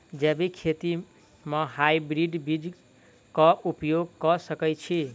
जैविक खेती म हायब्रिडस बीज कऽ उपयोग कऽ सकैय छी?